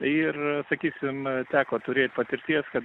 ir sakysim teko turėt patirties kad